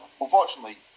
unfortunately